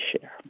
share